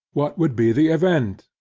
what would be the event?